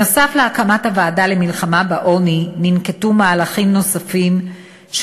נוסף על הקמת הוועדה למלחמה בעוני ננקטו מהלכים שנועדו